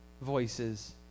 voices